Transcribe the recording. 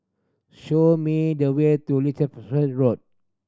show me the way to Road